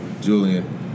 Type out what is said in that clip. Julian